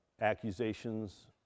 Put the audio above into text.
accusations